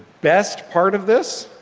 best part of this,